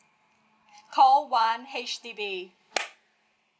call one H_D_B